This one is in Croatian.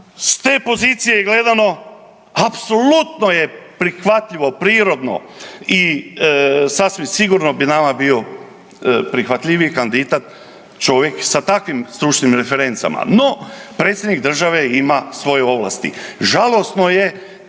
s te pozicije gledano apsolutno je prihvatljivo, prirodno i sasvim sigurno bi nama bio prihvatljiviji kandidat čovjek sa takvim stručnim referencama, no predsjednik države ima svoje ovlasti. Žalosno je